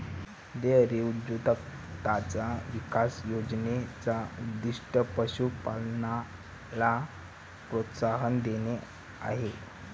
dairy उद्योजकताचा विकास योजने चा उद्दीष्ट पशु पालनाला प्रोत्साहन देणे आहे